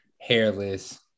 hairless